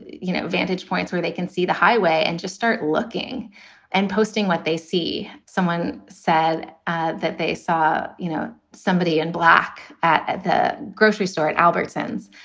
you know, vantage points where they can see the highway and just start looking and posting what they see. someone said that they saw, you know, somebody in black at at the grocery store at albertson's.